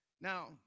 Now